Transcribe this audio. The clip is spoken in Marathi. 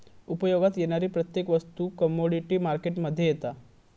उपयोगात येणारी प्रत्येक वस्तू कमोडीटी मार्केट मध्ये येता